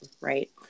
right